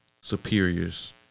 superiors